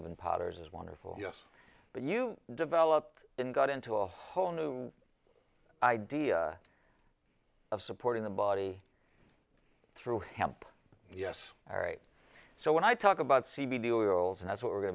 even potters is wonderful yes but you develop in got into a whole new idea of supporting the body through hemp yes all right so when i talk about c b duels and that's what we're going